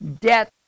debt